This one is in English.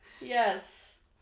Yes